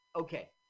okay